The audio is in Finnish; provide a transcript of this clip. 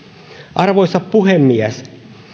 arvoisa puhemies